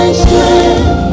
strength